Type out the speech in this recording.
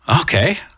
okay